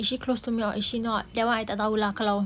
is she close to me or is she not that one I tak tahu lah kalau